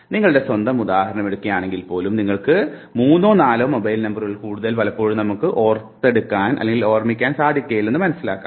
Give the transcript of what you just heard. നിങ്ങളുടെ സ്വന്തം ഉദാഹരണം എടുക്കുകയാണെങ്കിൽപ്പോലും നിങ്ങൾക്ക് മൂന്നോ നാലോ മൊബൈൽ നമ്പറുകളിൽ കൂടുതൽ ഓർമ്മിക്കാൻ സാധിക്കില്ലയെന്ന് മനസ്സിലാക്കാം